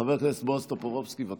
חבר הכנסת בועז טופורובסקי, בבקשה.